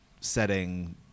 setting